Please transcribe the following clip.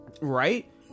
Right